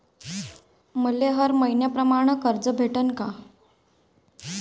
मले हर मईन्याप्रमाणं कर्ज भेटन का?